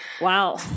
Wow